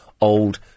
old